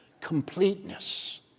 completeness